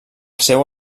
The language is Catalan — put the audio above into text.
seu